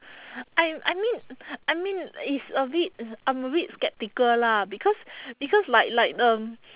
I I mean I mean it's a bit uh I'm a bit skeptical lah because because like like um